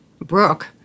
Brooke